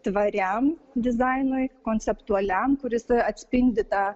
tvariam dizainui konceptualiam kuris atspindi tą